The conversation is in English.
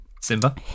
Simba